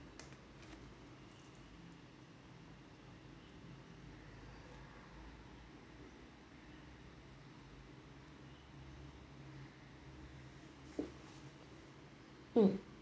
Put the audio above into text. mm